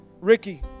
Ricky